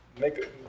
make